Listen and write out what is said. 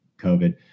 COVID